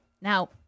Now